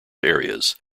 areas